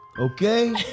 okay